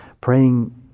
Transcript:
praying